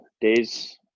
days